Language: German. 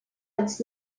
als